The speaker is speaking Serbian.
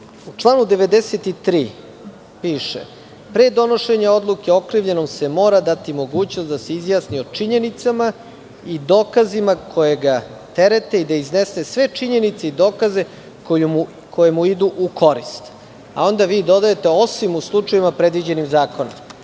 članu 93. piše – pre donošenja odluke okrivljenom se mora dati mogućnost da se izjasni o činjenicama i dokazima koji ga terete i da iznese sve činjenice i dokaze koji mu idu u korist, a onda vi dodajete – osim u slučajevima predviđenim zakonom.